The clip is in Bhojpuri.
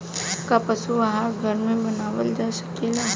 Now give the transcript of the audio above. का पशु आहार घर में बनावल जा सकेला?